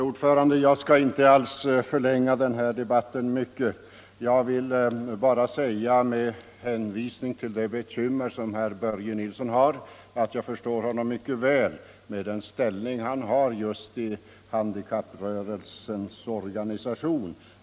Herr talman! Jag skall inte mycket förlänga debatten. Jag vill bara säga att jag mycket väl förstår de bekymmer som herr Nilsson i Kristianstad har, med den ställning han intar inom handikapprörelsen.